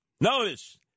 Notice